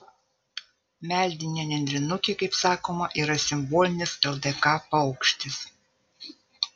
meldinė nendrinukė kaip sakoma yra simbolinis ldk paukštis